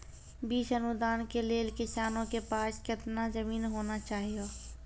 बीज अनुदान के लेल किसानों के पास केतना जमीन होना चहियों?